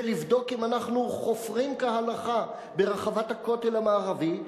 לבדוק אם אנחנו חופרים כהלכה ברחבת הכותל המערבי,